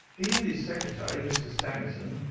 he and his secretary, mr. stangerson,